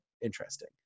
interesting